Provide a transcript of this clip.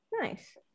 Nice